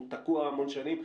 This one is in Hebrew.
הוא תקוע המון שנים.